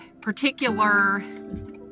particular